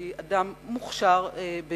שהיא אדם מוכשר ביותר,